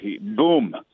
Boom